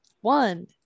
One